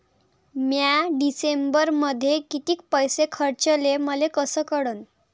म्या डिसेंबरमध्ये कितीक पैसे खर्चले मले कस कळन?